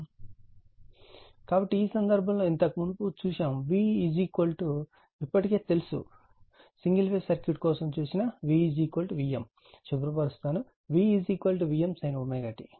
కాబట్టి ఈ సందర్భంలో ఇంతకు మునుపు చూశాము v ఇప్పటికే తెలుసు సింగిల్ ఫేజ్ సర్క్యూట్ కోసం చూసిన v vm శుభ్ర పరుస్తాను v vm sin t